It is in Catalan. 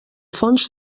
fons